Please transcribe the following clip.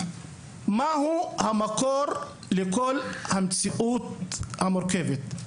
מהו המקור לכל המציאות המורכבת?